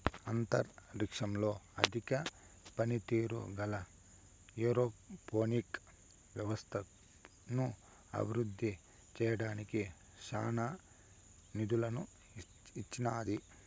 అంతరిక్షంలో అధిక పనితీరు గల ఏరోపోనిక్ వ్యవస్థను అభివృద్ధి చేయడానికి నాసా నిధులను ఇచ్చినాది